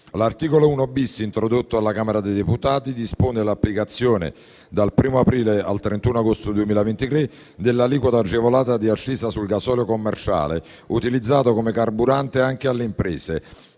L'articolo 1-*bis,* introdotto dalla Camera dei deputati, dispone l'applicazione dal 1° aprile al 31 agosto 2023 dell'aliquota agevolata di accisa sul gasolio commerciale utilizzato come carburante anche dalle imprese